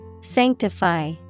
Sanctify